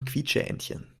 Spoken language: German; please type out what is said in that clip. quietscheentchen